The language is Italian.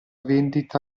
vendita